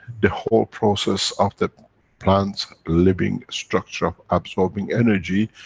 the whole process of the plants living structure of absorbing energy,